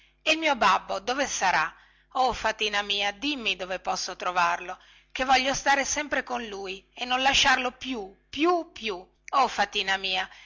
tanto buona e il mio babbo dove sarà o fatina mia dimmi dove posso trovarlo che voglio stare sempre con lui e non lasciarlo più più più o fatina mia